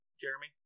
Jeremy